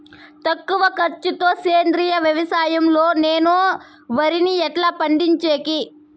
తక్కువ ఖర్చు తో సేంద్రియ వ్యవసాయం లో నేను వరిని ఎట్లా పండించేకి?